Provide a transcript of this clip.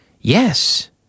yes